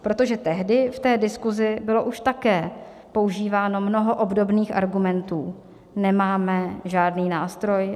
Protože tehdy v té diskusi bylo už také používáno mnoho obdobných argumentů: nemáme žádný nástroj.